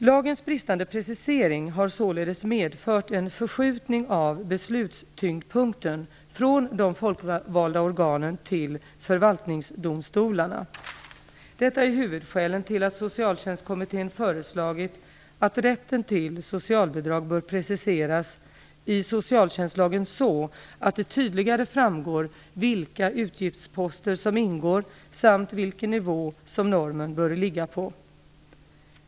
Lagens bristande precisering har således medfört en förskjutning av beslutstyngdpunkten från de folkvalda organen till förvaltningsdomstolarna. Detta är huvudskälen till att Socialtjänstkommittén föreslagit att rätten till socialbidrag bör preciseras i socialtjänstlagen så att det tydligare framgår vilka utgiftsposter som ingår samt vilken nivå som normen bör ligga på.